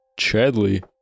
Chadley